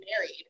married